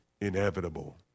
inevitable